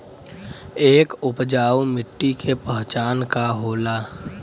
एक उपजाऊ मिट्टी के पहचान का होला?